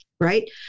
Right